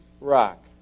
rock